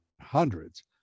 hundreds